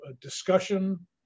discussion